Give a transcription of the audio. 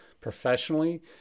professionally